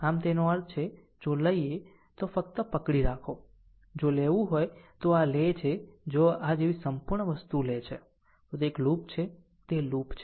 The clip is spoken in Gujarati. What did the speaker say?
આમ તેનો અર્થ છે જો લઈએ તો જો ફક્ત પકડી રાખો જો લેવું હોય તો આ લે છે જો આ જેવી સંપૂર્ણ વસ્તુ લે છે તો તે એક લૂપ છે તે લૂપ છે